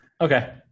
okay